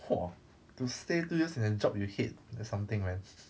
!wah! to stay two years in a job you hate that's something man